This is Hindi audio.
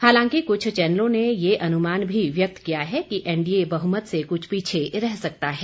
हालांकि क्छ चैनलों ने यह अनुमान भी व्यक्त किया है कि एनडीए बहुमत से कुछ पीछे रह सकता है